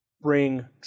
bring